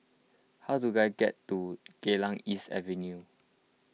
how do I get to Geylang East Avenue